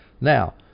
Now